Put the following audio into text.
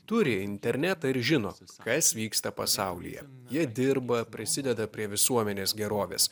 turi internetą ir žino kas vyksta pasaulyje jie dirba prisideda prie visuomenės gerovės